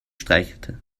streichelte